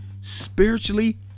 Spiritually